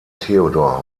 theodor